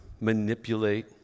manipulate